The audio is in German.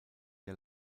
der